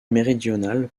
méridionale